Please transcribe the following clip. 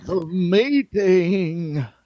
Amazing